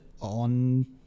on